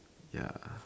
ya